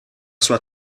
sua